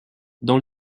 dans